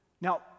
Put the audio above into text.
Now